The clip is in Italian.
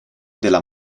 della